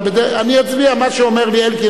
אני אצביע מה שאומר לי אלקין,